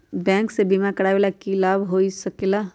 Bank से बिमा करावे से की लाभ होई सकेला?